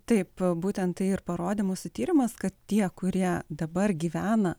taip būtent tai ir parodė mūsų tyrimas kad tie kurie dabar gyvena